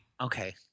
Okay